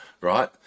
Right